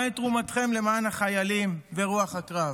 מהי תרומתכם למען החיילים ורוח הקרב